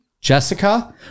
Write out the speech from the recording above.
Jessica